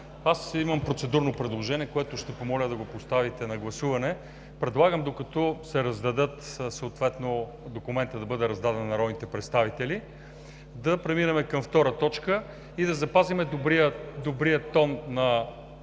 Аз имам процедурно предложение, което ще помоля да поставите на гласуване. Предлагам, докато документът бъде раздаден на народните представители, да преминем към втора точка и да запазим добрия тон,